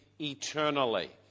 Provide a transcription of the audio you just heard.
eternally